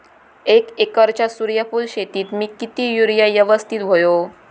एक एकरच्या सूर्यफुल शेतीत मी किती युरिया यवस्तित व्हयो?